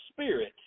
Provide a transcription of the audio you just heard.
spirit